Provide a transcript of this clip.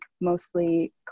mostly